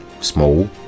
small